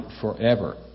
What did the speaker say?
forever